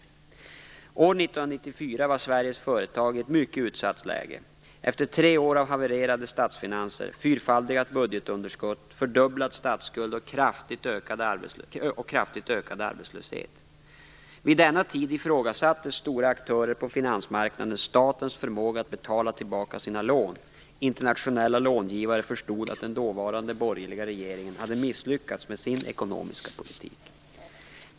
År 1994 var Sveriges företag i ett mycket utsatt läge efter tre år av havererade statsfinanser, fyrfaldigat budgetunderskott, fördubblad statsskuld och kraftigt ökad arbetslöshet. Vid denna tid ifrågasatte stora aktörer på finansmarknaden statens förmåga att betala tillbaka sina lån. Internationella långivare förstod att den dåvarande borgerliga regeringen hade misslyckats med sin ekonomiska politik.